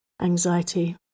anxiety